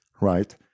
right